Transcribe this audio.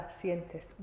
sientes